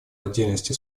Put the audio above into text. отдельности